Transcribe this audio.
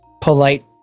polite